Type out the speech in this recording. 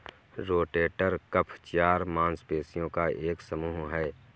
rotator cuff चार मांसपेशियों का एक समूह है